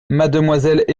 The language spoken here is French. mademoiselle